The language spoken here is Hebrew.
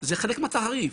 זה חלק מהתעריף,